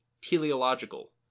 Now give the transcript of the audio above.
teleological